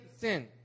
sin